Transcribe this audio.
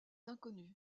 inconnu